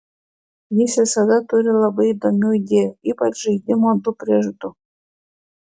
jis visada turi labai įdomių idėjų ypač žaidimo du prieš du